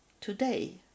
today